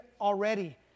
already